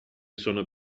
sono